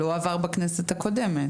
הוא לא עבר בכנסת הקודמת,